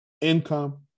income